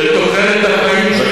שתוחלת החיים שלהם,